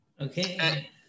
Okay